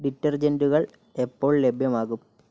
ഡിറ്റർജൻറ്റുകൾ എപ്പോൾ ലഭ്യമാകും